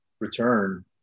return